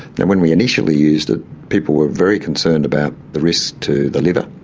and when we initially used at people were very concerned about the risk to the liver,